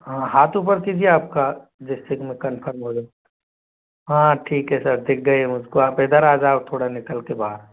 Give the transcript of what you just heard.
हाँ हाथ उपर कीजिए आप का जिस से कि मैं कंफर्म हो जाऊँ हाँ ठीक है सर दिख गए मुझ को आप इधर आ जाओ थोड़ा निकल के बाहर